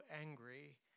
angry